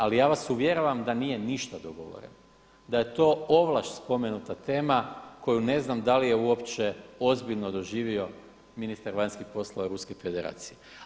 Ali ja vas uvjeravam da nije ništa dogovoreno, da je to ovlaš spomenuta tema koju ne znam da li je uopće ozbiljno doživio ministar vanjskih poslova Ruske federacije.